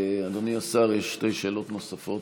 אדוני השר, יש שתי שאלות נוספות